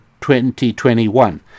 2021